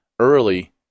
early